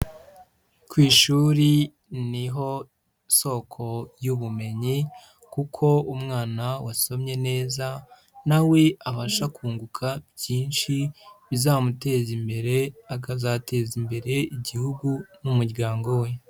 Ku ishuri ni ho soko y'ubumenyi kuko umwana wasomye neza na we abasha kunguka byinshi bizamuteza imbere akazateza imbere igihugu n'umuryango we.